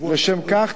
לשם כך,